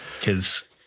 because-